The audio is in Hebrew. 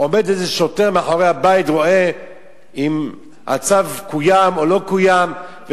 עומד איזה שוטר מאחורי הבית ורואה אם הצו קוים או לא קוים?